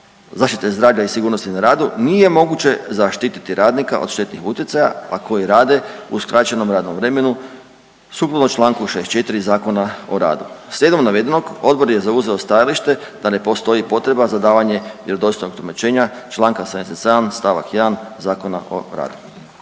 zaštite zdravlja i sigurnosti na radu nije moguće zaštititi radnika od štetnih utjecaja, a koji rade u skraćenom radnom vremenu sukladno čl. 64. Zakona o radu. Slijedom navedenog odbor je zauzeo stajalište da ne postoji potreba za davanje vjerodostojnog tumačenja čl. 77. st. 1. Zakona o radu.